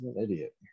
idiot